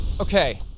Okay